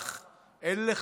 אין לך מושג.